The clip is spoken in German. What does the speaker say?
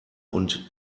und